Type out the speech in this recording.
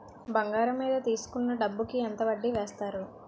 బంగారం మీద తీసుకున్న డబ్బు కి ఎంత వడ్డీ వేస్తారు?